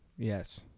yes